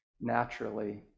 naturally